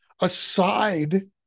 aside